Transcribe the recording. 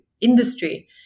industry